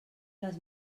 les